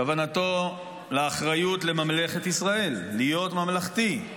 כוונתו לאחריות לממלכת ישראל, להיות ממלכתי,